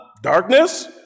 darkness